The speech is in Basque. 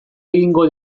egingo